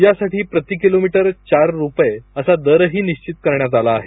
यासाठी प्रति किलोमीटर चार रुपये असा दरही निश्वित करण्यात आला आहे